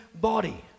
body